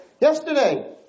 yesterday